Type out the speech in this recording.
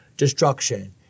destruction